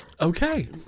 Okay